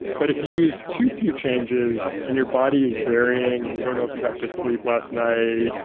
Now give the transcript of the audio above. but if you use too few changes and your body is varying and you don't know if you got good sleep last night,